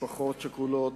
משפחות שכולות,